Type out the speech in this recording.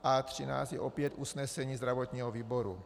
A13 je opět usnesení zdravotního výboru.